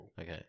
Okay